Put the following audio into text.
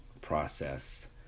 process